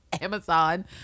Amazon